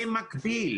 במקביל,